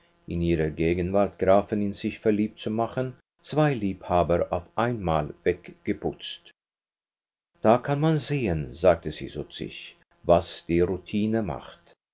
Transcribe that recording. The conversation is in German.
in ihrer gegenwart grafen in sich verliebt zu machen zwei liebhaber auf einmal weggeputzt da kann man sehen sagte sie zu sich was die routine macht